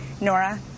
Nora